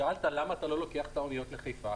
שאלת קודם למה אנחנו לא לוקחים את האוניות לחיפה.